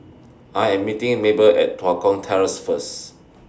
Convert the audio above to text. I Am meeting Mabel At Tua Kong Terrace First